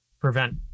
prevent